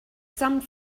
some